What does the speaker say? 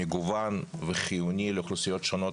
מגוון וחיוני לאוכלוסיות שונות,